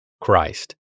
Christ